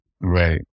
Right